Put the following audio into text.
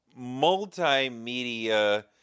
multimedia